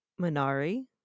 Minari